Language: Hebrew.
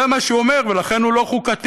זה מה שהוא אומר, ולכן הוא לא חוקתי.